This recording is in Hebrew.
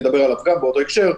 נדבר עליו באותו הקשר.